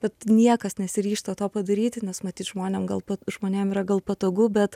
bet niekas nesiryžta to padaryti nes matyt žmonėm gal žmonėm yra gal patogu bet